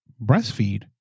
breastfeed